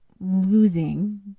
losing